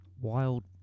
wild